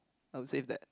I will say that